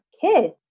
kid